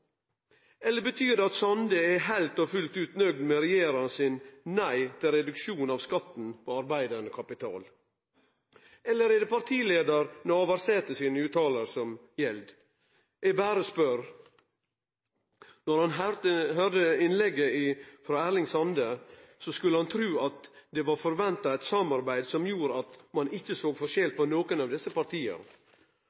Eller betyr det at Sande er heilt og fullt nøgd med regjeringa si nei til reduksjon av skatten på arbeidande kapital? Eller er det partileiar Navarsete sine utsegner som gjeld? Eg berre spør. Når ein høyrde innlegget til Erling Sande, skulle ein tru at det var forventa eit samarbeid som gjorde at ein ikkje såg forskjell